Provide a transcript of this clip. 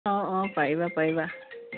অঁ অঁ পাৰিবা পাৰিবা